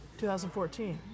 2014